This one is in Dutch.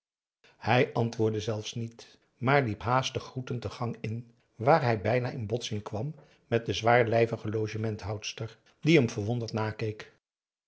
hij antwoordde zelfs niet maar liep haastig groetend de gang in waar hij bijna in botsing kwam met de zwaarlijvige logementhoudster die hem verwonderd nakeek